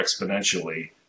exponentially